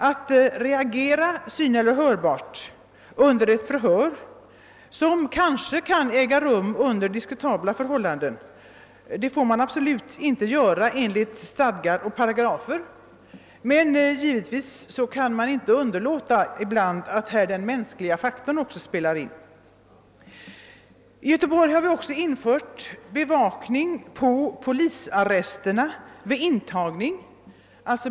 Att reagera syneller hörbart under ett förhör, som kanske äger rum under diskutabla förhållanden, är absolut inte tillåtet enligt gällande stadgar och paragrafer, men givetvis kan det inte undvikas att den mänskliga faktorn ibland spelar in. I Göteborg har det också införts bevakning på polisarresterna vid intagning.